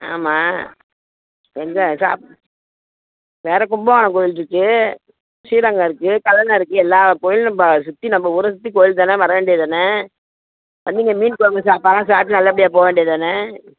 ஆமாம் எங்கே சாப் வேறு கும்பகோணம் கோயில் இருக்குது ஸ்ரீரங்கம் இருக்குது கல்லணை இருக்குது எல்லா கோயிலும் நம்ப சுற்றி நம்ப ஊரை சுற்றி கோயில் தானே வர வேண்டியது தானே வந்து இங்கே மீன் குழம்பு சாப்பாடெல்லாம் சாப்பிட்டு நல்லபடியாக போக வேண்டியது தானே